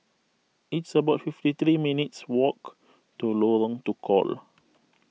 it's about fifty three minutes' walk to Lorong Tukol